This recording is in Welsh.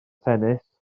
tennis